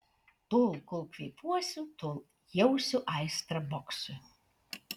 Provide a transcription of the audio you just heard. tol kol kvėpuosiu tol jausiu aistrą boksui